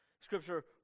Scripture